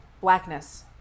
Blackness